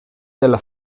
della